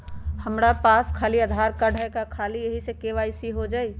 हमरा पास खाली आधार कार्ड है, का ख़ाली यही से के.वाई.सी हो जाइ?